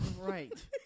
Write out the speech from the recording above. Right